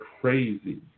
Crazy